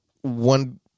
one